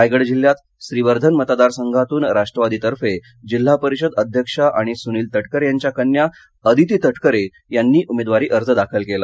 रायगड जिल्ह्यात श्रीवर्धन मतदारसंघातून राष्ट्रवादीतर्फे जिल्हा परिषद अध्यक्षा आणि सूनील तटकरे यांच्या कन्या अदिती तटकरे यांनी उमेदवारी अर्ज दाखल केला